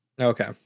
Okay